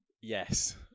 Yes